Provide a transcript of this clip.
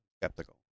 skeptical